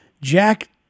Jack